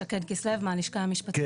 שקד כסלו, מהלשכה המשפטית.